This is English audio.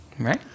Right